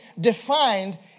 defined